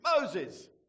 Moses